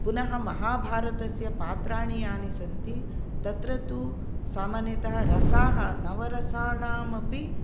पुनः महाभारतस्य पात्राणि यानि सन्ति तत्र तु सामान्यतः रसाः नवरसानाम् अपि